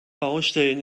baustellen